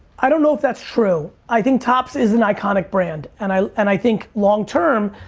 i don't know if that's true. i think topps is an iconic brand and i and i think long term,